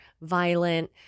violent